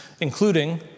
including